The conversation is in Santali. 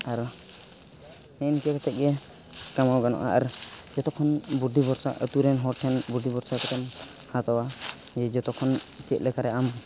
ᱟᱨ ᱱᱮᱜᱼᱮ ᱱᱤᱠᱟᱹ ᱠᱟᱛᱮᱫᱜᱮ ᱠᱟᱢᱟᱣ ᱜᱟᱱᱚᱜᱼᱟ ᱟᱨ ᱡᱚᱛᱚ ᱠᱷᱚᱱ ᱵᱩᱫᱽᱫᱷᱤ ᱵᱷᱚᱨᱥᱟ ᱟᱹᱛᱩᱨᱮᱱ ᱦᱚᱲ ᱴᱷᱮᱱ ᱵᱩᱫᱽᱫᱷᱤ ᱵᱷᱚᱨᱥᱟ ᱠᱟᱛᱮᱢ ᱦᱟᱛᱟᱣᱟ ᱡᱮ ᱡᱚᱛᱚ ᱠᱷᱚᱱ ᱪᱮᱫ ᱞᱮᱠᱟᱨᱮ ᱟᱢ